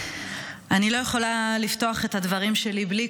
אני לא יכולה לפתוח את הדברים שלי בלי,